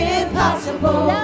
impossible